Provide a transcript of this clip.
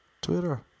Twitter